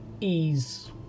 ease